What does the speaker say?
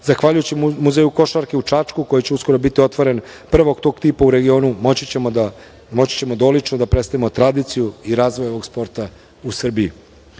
Zahvaljujući muzeju košarke u Čačku, koji će uskoro biti otvoren, prvog tog tipa u regionu, moći ćemo odlično da predstavimo tradiciju i razvoj ovog sporta u Srbiji. Do